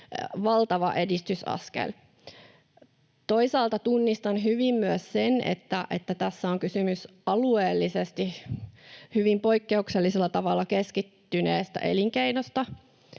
valtava edistysaskel. Toisaalta tunnistan hyvin myös sen, että tässä on kysymys alueellisesti hyvin poikkeuksellisella tavalla keskittyneestä elinkeinosta.